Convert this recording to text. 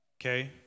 Okay